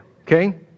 Okay